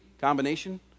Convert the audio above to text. combination